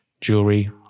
jewelry